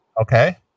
Okay